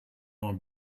man